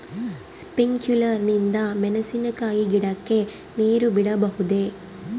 Sprinkler ನಿಂದ ಮೆಣಸಿನಕಾಯಿ ಗಿಡಕ್ಕೆ ನೇರು ಬಿಡಬಹುದೆ?